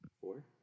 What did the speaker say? Four